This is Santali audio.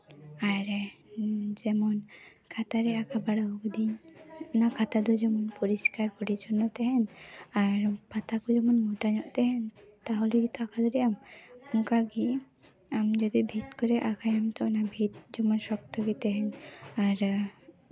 ᱟᱨ ᱡᱮᱢᱚᱱ ᱠᱷᱟᱛᱟ ᱨᱮ ᱟᱸᱠᱟ ᱵᱟᱲᱟ ᱠᱟᱹᱫᱟᱹᱧ ᱚᱱᱟ ᱠᱷᱟᱛᱟ ᱫᱚ ᱡᱮᱢᱚᱱ ᱯᱚᱨᱤᱥᱠᱟᱨ ᱯᱚᱨᱤᱪᱷᱚᱱᱱᱚ ᱛᱟᱦᱮᱱ ᱟᱨ ᱯᱟᱛᱟ ᱠᱚᱦᱚᱸ ᱢᱳᱴᱟ ᱧᱚᱜ ᱛᱟᱦᱮᱱ ᱛᱟᱦᱞᱮ ᱜᱮᱛᱚ ᱟᱸᱠᱟ ᱫᱟᱲᱮᱭᱟᱜ ᱟᱢ ᱚᱱᱠᱟᱜᱮ ᱟᱢ ᱡᱩᱫᱤ ᱵᱷᱤᱛ ᱠᱚᱨᱮ ᱟᱸᱠᱟᱭᱟᱢ ᱛᱚ ᱚᱱᱟ ᱵᱷᱤᱛ ᱡᱮᱢᱚᱱ ᱥᱚᱠᱛᱚ ᱜᱮ ᱛᱟᱦᱮᱱ ᱟᱨ